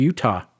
Utah